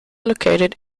located